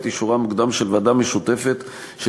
את אישורה המוקדם של הוועדה המשותפת של